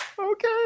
Okay